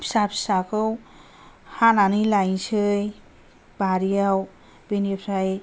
फिसा फिसाखौ हानानै लायनोसै बारिआव बेनिफ्राय